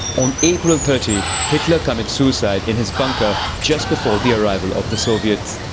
on april thirty, hitler commits suicide in his bunker just before the arrival of the soviets.